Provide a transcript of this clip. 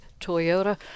Toyota